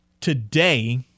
today